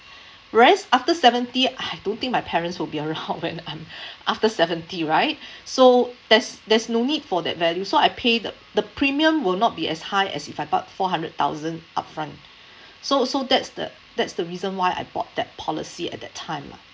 whereas after seventy I don't think my parents will be around when I'm after seventy right so there's there's no need for that value so I pay the the premium will not be as high as if I bought four hundred thousand upfront so so that's the that's the reason why I bought that policy at that time lah